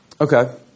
Okay